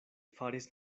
faris